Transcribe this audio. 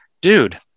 dude